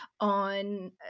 on